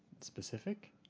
Specific